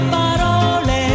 parole